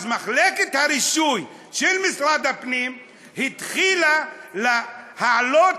אז מחלקת הרישוי של משרד הפנים התחילה להעלות